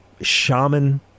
shaman